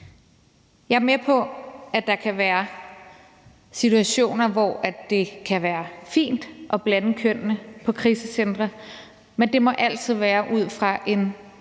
Jeg er med på, at der kan være situationer, hvor det kan være fint at blande kønnene på krisecentre, men det må altid være ud fra en